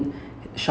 okay